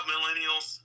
Millennials